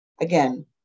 Again